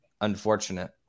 unfortunate